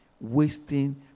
Wasting